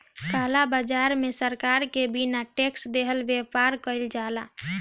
काला बाजार में सरकार के बिना टेक्स देहले व्यापार कईल जाला